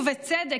ובצדק,